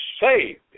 saved